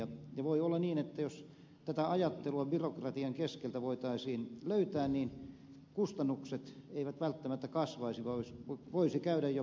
ja voi olla niin että jos tätä ajattelua byrokratian keskeltä voitaisiin löytää kustannukset eivät välttämättä kasvaisi vaan voisi käydä jopa päinvastoin